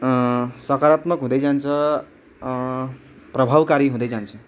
सकारात्मक हुँदै जान्छ प्रभावकारी हुँदै जान्छ